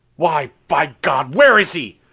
why, by god, where is he?